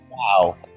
Wow